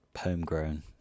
homegrown